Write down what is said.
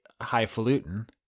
highfalutin